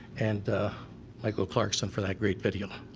and michael clarkson for that great video.